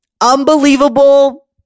unbelievable